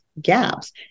gaps